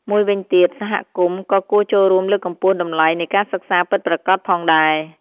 មួយវិញទៀតសហគមន៍ក៏គួរចូលរួមលើកកម្ពស់តម្លៃនៃការសិក្សាពិតប្រាកដផងដែរ។